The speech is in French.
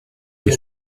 des